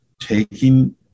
taking